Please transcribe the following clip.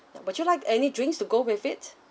would you like any drinks to go with it